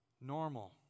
Normal